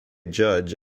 judge